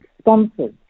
sponsors